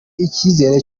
icyizere